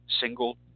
single